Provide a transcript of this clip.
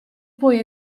poi